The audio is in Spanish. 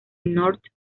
north